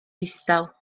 ddistaw